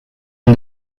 and